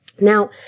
now